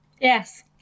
Yes